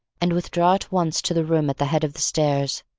and withdraw at once to the room at the head of the stairs.